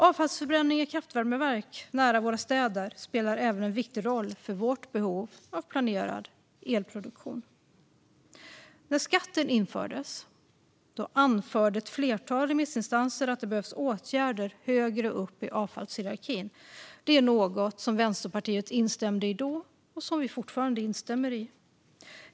Avfallsförbränning i kraftvärmeverk nära våra städer spelar även en viktig roll för vårt behov av planerad elproduktion. När skatten infördes anförde ett flertal remissinstanser att det behövs åtgärder högre upp i avfallshierarkin. Det är något som vi i Vänsterpartiet instämde i då och som vi fortfarande instämmer i.